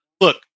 Look